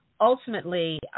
ultimately